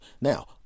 Now